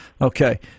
Okay